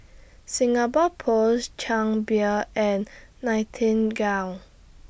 Singapore Post Chang Beer and Nightingale